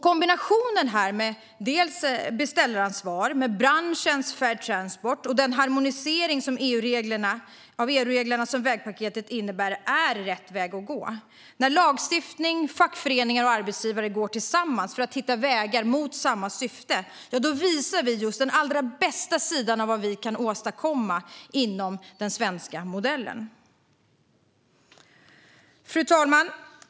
Kombinationen av beställaransvar, branschens Fair Transport-märkning och den harmonisering av EU-reglerna som vägpaketet innebär är rätt väg att gå. När lagstiftning, fackföreningar och arbetsgivare går tillsammans för att hitta vägar och har samma syfte med detta visar vi den allra bästa sidan av vad vi kan åstadkomma inom den svenska modellen. Fru talman!